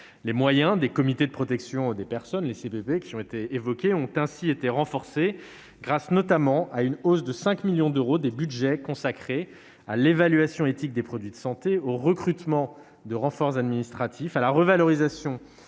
Les moyens des comités de protection des personnes (CPP) ont ainsi été renforcés, grâce notamment à une hausse de 5 millions d'euros des budgets consacrés à l'évaluation éthique des produits de santé, au recrutement de renforts administratifs, à la revalorisation